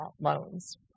loans